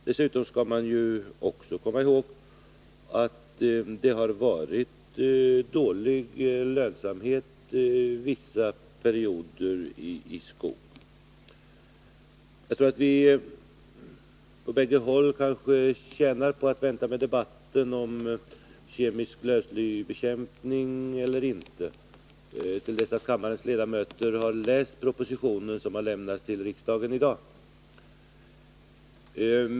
Dessutom skall man komma ihåg att lönsamheten inom skogsbruket har varit dålig under vissa perioder. Jag tror att vi på båda håll tjänar på att vänta med debatten om vi skall ha kemisk lövslybekämpning eller inte till dess att kammarens ledamöter har läst den proposition som lämnats till riksdagen i dag.